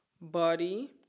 body